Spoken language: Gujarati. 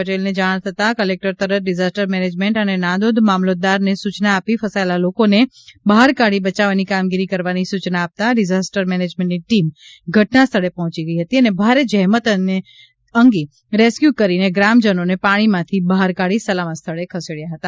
પટેલને જાણ થતાં કલેકટર તરત જ ડિઝાસ્ટાર મેનેજમેન્ટ અને નાંદોદ મામલતદારને સૂચના આપી ફસાયેલા લોકો ને બહાર કાઢી બચાવવાની કામગીરી કરવાની સૂચના આપતાં ડીઝાસ્ટાર મેનેજમેન્ટની ટીમ ઘટના સ્થળે પહોંચી ગઈ હતી અને ભારે જહેમત અને અંતે રેસ્ક્યુ કરીને ગ્રામજનોને પાણી માંથી બહાર કાઢી સલામત સ્થળે ખસેડાયા હતા